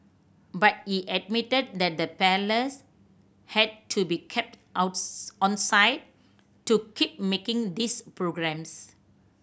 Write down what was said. but he admitted that the Palace had to be kept onside to keep making these programmes